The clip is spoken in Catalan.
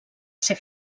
ser